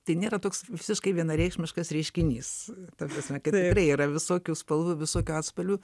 tai nėra toks visiškai vienareikšmiškas reiškinys ta prasme kad tai yra visokių spalvų visokių atspalvių